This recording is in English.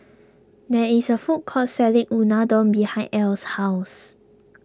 there is a food court selling Unadon behind Ell's house